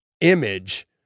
image